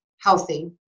healthy